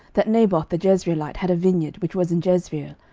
that naboth the jezreelite had a vineyard, which was in jezreel,